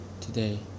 today